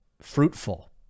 fruitful